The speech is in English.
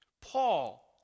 Paul